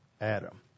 Adam